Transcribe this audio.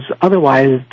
otherwise